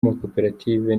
amakoperative